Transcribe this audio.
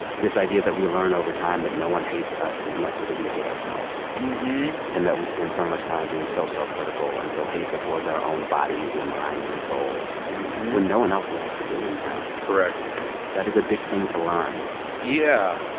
this idea that we learn over time that no one hates us as much as we hate ourselves and that we spend so much time being so self-critical and so hateful towards our own bodies and minds and souls when no one else is actually doing that correct that is a big thing to learn yeah.